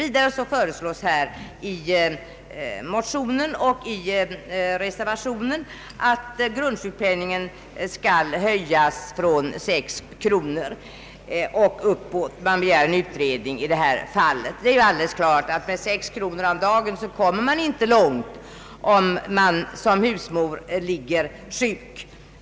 Vidare föreslås i motionen och i reservationen att grundsjukpenningen skall höjas från 6 kronor, och man begär en utredning i denna fråga. Det är alldeles självklart att med 6 kronor om dagen kommer man inte långt, om man som husmor ligger sjuk.